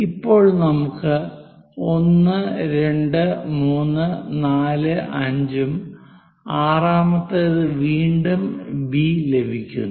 അപ്പോൾ നമുക്ക് 1 2 3 4 5 ഉം ആറാമത്തേത് വീണ്ടും ബി ലഭിക്കുന്നു